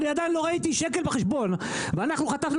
עדין לא ראיתי שקל בחשבון ואנחנו חטפנו